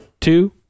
two